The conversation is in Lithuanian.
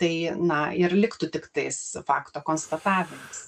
tai na ir liktų tiktais fakto konstatavimas